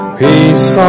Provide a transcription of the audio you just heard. peace